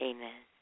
Amen